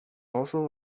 also